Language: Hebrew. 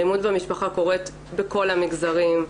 אלימות במשפחה קורית בכל המגזרים,